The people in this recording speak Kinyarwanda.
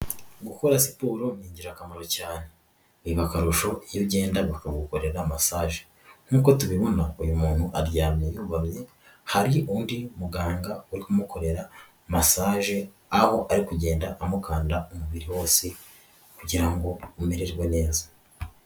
Gukora siporo ni ingirakamaro cyane biba akarusho iyo ugenda bakagukorera massage, nkuko tubibona uyu muntu aryamye yubamye, hari undi muganga uri kumukorera massage aho ari kugenda amukanda umubiri wose kugira ngo umererwe neza.